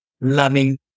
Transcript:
loving